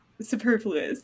superfluous